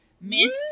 Miss